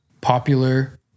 popular